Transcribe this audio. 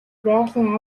байгалийн